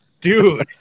Dude